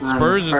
Spurs